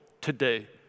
today